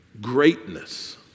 greatness